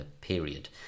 period